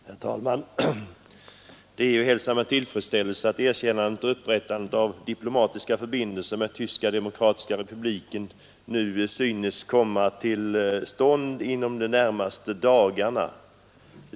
Herr talman! Det är att hälsa med tillfredsställelse att erkännandet och upprättandet av diplomatiska förbindelser med Tyska demokratiska republiken nu synes komma till stånd inom de närmaste dagarna.